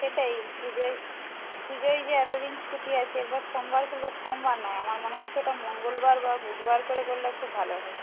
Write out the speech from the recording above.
সেটাই পুজোয় পুজোয় যে এতদিন ছুটি আছে এরপর সোমবার খুলবে সোমবার নয় আমার মনে হচ্ছে ওটা মঙ্গলবার বা বুধবার করে করলে খুব ভালো হয়